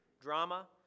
drama